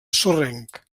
sorrenc